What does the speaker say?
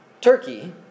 Turkey